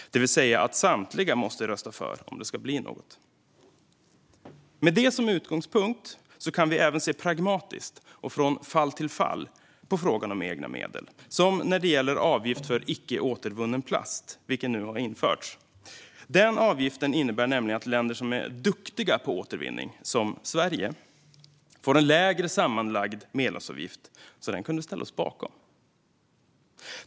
Det vill säga att samtliga måste rösta för om det ska bli något. Med det som utgångspunkt kan vi även se pragmatiskt och från fall till fall på frågan om egna medel, som när det gäller avgift för icke återvunnen plast, vilken nu har införts. Den avgiften innebär nämligen att länder som är duktiga på återvinning, som Sverige, får en lägre sammanlagd medlemsavgift. Den kunde vi därför ställa oss bakom.